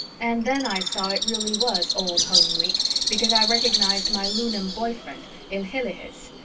and then i saw it really was old-home week because i recognized my lunan boy friend ilhilihis,